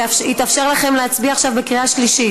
יתאפשר לכם להצביע עכשיו בקריאה שלישית,